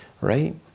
Right